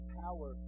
power